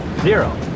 Zero